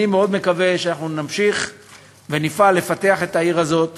אני מאוד מקווה שאנחנו נמשיך ונפעל לפתח את העיר הזאת